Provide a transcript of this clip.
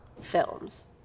films